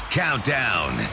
countdown